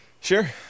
Sure